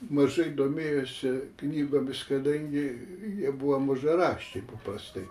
mažai domėjosi knygomis kadangi jie buvo mažaraščiai paprastai